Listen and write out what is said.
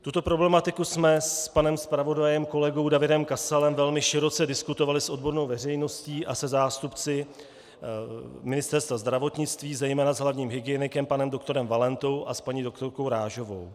Tuto problematiku jsme s panem zpravodajem kolegou Davidem Kasalem velmi široce diskutovali s odbornou veřejností a se zástupci Ministerstva zdravotnictví, zejména s hlavním hygienikem panem doktorem Valentou a s paní doktorkou Rážovou.